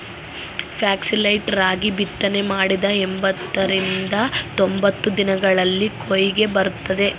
foxtail ರಾಗಿ ಬಿತ್ತನೆ ಮಾಡಿದ ಎಂಬತ್ತರಿಂದ ತೊಂಬತ್ತು ದಿನಗಳಲ್ಲಿ ಕೊಯ್ಲಿಗೆ ಬರುತ್ತದೆ